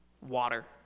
water